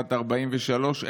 בת 43,